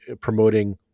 promoting